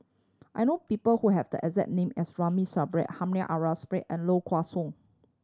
I know people who have the exact name as Ramli Sarip Hamed and Low Kway Song